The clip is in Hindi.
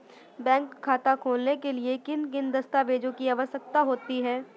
बैंक खाता खोलने के लिए किन दस्तावेजों की आवश्यकता होती है?